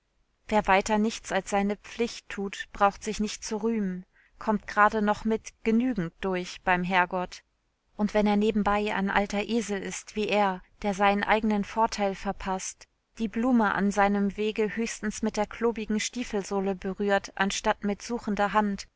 wer weiter nichts als seine pflicht tut braucht sich nicht zu rühmen kommt gerade noch mit genügend durch beim herrgott und wenn er nebenbei ein alter esel ist wie er der seinen eigenen vorteil verpaßt die blume an seinem wege höchstens mit der klobigen stiefelsohle berührt anstatt mit suchender hand